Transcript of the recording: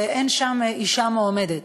ואין שם אישה מועמדת.